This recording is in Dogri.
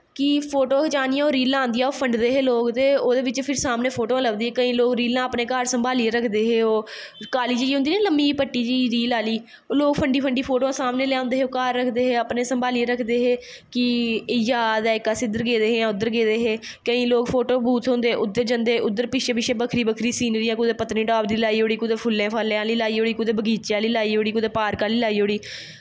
कि फोटो खचानें रीलां आहनियां फंडदे हे लोग ते फ्ही ओह्दे बिच्च सामनें रीलां लब्भदियां हां केंई लोग रीलां अपनें घर संभालियैं रखदे हे ओह् काली जेही होंदी ना पट्टी जेही रील आह्ली ओह् फंडी फंडी लोग घर लेआंदे हे अपनें संभालियै रखदे हे कि एह् याद ऐ इक अस इध्दर गेदे हे उध्दर गेदे हे केंई लोग फोटो बूथ होंदे उध्दर जंदे बक्खरे बक्खरे सीनरियां कुते पतनीटॉप दी लाई ओड़ी कुते फुल्ले फल्लेे आह्ली लाई ओड़ी बगीचे आह्ली लाई ओड़ी कुदै पार्क आह्ली लाई ओड़ी